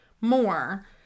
more